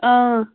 آ